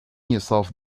yourself